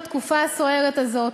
בתקופה הסוערת הזו,